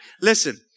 listen